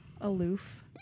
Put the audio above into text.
aloof